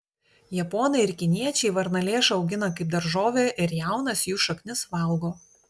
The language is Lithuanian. japonai ir kiniečiai varnalėšą augina kaip daržovę ir jaunas jų šaknis valgo